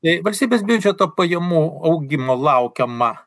tai valstybės biudžeto pajamų augimo laukiama